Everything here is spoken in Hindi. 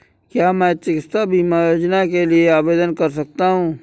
क्या मैं चिकित्सा बीमा योजना के लिए आवेदन कर सकता हूँ?